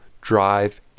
Drive